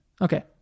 Okay